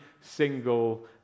single